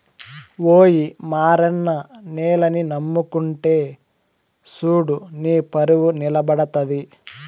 ఓయి మారన్న నేలని నమ్ముకుంటే సూడు నీపరువు నిలబడతది